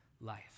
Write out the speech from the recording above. life